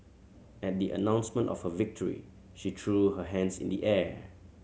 at the announcement of a victory she threw her hands in the air